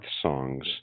Songs